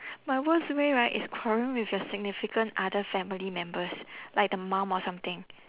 my worst way right is quarrelling with your significant other family members like the mum or something